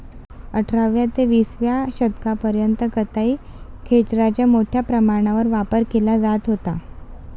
अठराव्या ते विसाव्या शतकापर्यंत कताई खेचराचा मोठ्या प्रमाणावर वापर केला जात होता